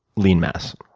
lean mass?